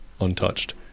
untouched